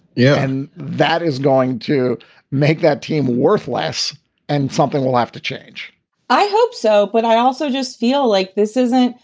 yeah, and that is going to make that team worthless and something will have to change i hope so. but i also just feel like this isn't.